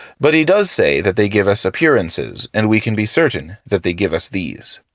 but he does say that they give us appearances and we can be certain that they give us these.